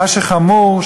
מה שחמור,